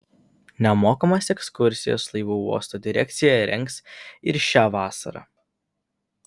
nemokamas ekskursijas laivu uosto direkcija rengs ir šią vasarą